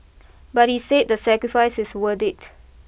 but he said the sacrifice is worth it